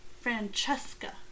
Francesca